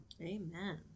Amen